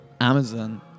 amazon